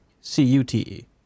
C-U-T-E